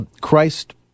Christ